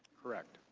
correct.